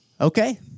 Okay